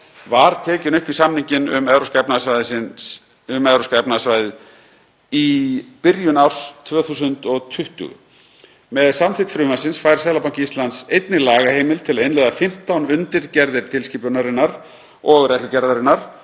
var tekin upp í samninginn um Evrópska efnahagssvæðið í byrjun árs 2020. Með samþykkt frumvarpsins fær Seðlabanki Íslands einnig lagaheimild til að innleiða fimmtán undirgerðir tilskipunarinnar og reglugerðarinnar